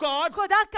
God